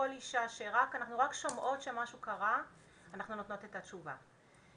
כל אישה שאנחנו רק שומעות שמשהו קרה אנחנו נותנות את התשובה,